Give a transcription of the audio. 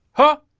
huh,